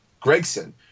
Gregson